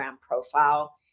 profile